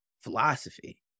philosophy